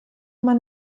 man